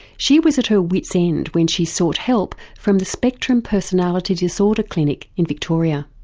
she was at her wits end when she sought help from the spectrum personality disorder clinic in victoria.